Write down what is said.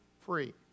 free